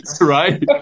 right